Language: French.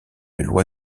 loi